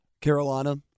Carolina